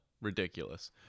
ridiculous